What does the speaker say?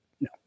No